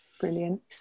brilliant